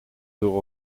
door